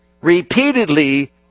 repeatedly